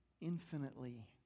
infinitely